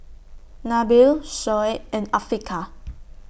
Nabil Shoaib and Afiqah